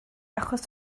achos